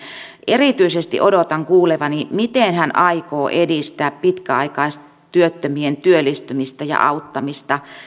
erityisesti odotan kuulevani miten hän aikoo edistää pitkäaikaistyöttömien työllistymistä ja auttamista